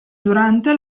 durante